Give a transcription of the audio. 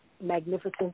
magnificent